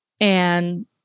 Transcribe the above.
and-